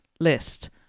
list